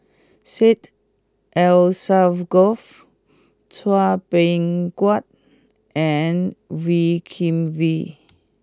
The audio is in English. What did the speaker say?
Syed Alsagoff Chua Beng Huat and Wee Kim Wee